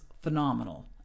phenomenal